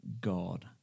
God